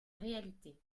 réalité